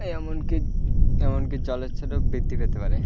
এমনকি এমনকি বৃদ্ধি পেতে পারে